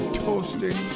toasting